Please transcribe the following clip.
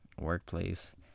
workplace